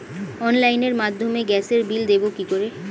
অনলাইনের মাধ্যমে গ্যাসের বিল দেবো কি করে?